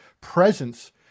presence